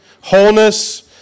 wholeness